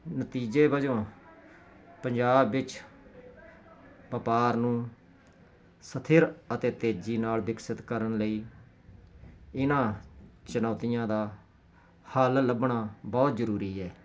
ਨਤੀਜੇ ਵਜੋਂ ਪੰਜਾਬ ਵਿੱਚ ਵਪਾਰ ਨੂੰ ਸਥਿਰ ਅਤੇ ਤੇਜ਼ੀ ਨਾਲ ਵਿਕਸਿਤ ਕਰਨ ਲਈ ਇਨ੍ਹਾਂ ਚੁਣੌਤੀਆਂ ਦਾ ਹੱਲ ਲੱਭਣਾ ਬਹੁਤ ਜ਼ਰੂਰੀ ਹੈ